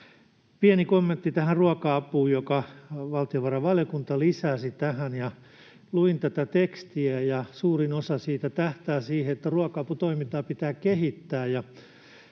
Pieni kommentti tähän ruoka-apuun, jonka valtiovarainvaliokunta lisäsi tähän. Luin tätä tekstiä, ja suurin osa siitä tähtää siihen, että ruoka-aputoimintaa pitää kehittää.